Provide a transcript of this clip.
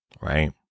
Right